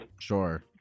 Sure